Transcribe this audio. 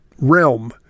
realm